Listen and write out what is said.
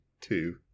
two